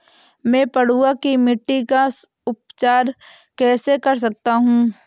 मैं पडुआ की मिट्टी का उपचार कैसे कर सकता हूँ?